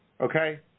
Okay